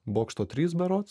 bokšto trys berods keturi keturi